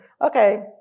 okay